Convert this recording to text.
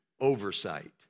Oversight